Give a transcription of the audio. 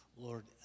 Lord